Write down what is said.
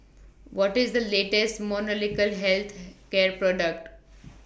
What IS The latest Molnylcke Health Care Product